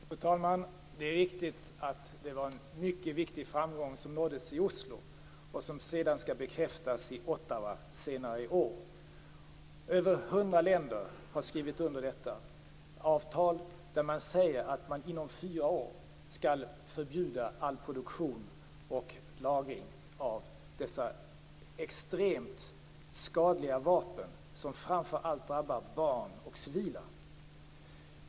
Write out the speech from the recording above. Fru talman! Det är riktigt att det var en mycket viktig framgång som nåddes i Oslo och som sedan skall bekräftas i Ottawa senare i år. Över hundra länder har skrivit under detta avtal där man säger att man inom fyra år skall förbjuda all produktion och lagring av dessa extremt skadliga vapen som framför allt drabbar barn och civila.